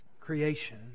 creation